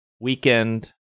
weekend